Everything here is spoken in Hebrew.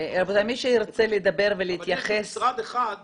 אבל יש משרד אחד שזה עניינו.